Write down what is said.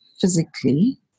physically